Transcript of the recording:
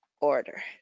order